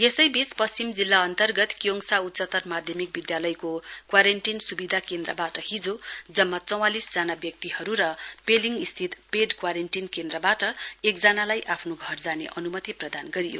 यसै बीच पश्चिम जिल्ला अन्तर्गत क्योङसा उच्चत्तर माध्यमिक विद्यालयको क्वारेन्टीन सुविधा केन्द्रबाट हिजो जम्मा चौवालिस जना व्यक्तिहरू र पेलिङ स्थित पेड क्वारेन्टीन केन्द्रबाट एकजनालाई आफ्नो घर जाने अनुमति प्रदान गरियो